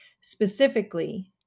Specifically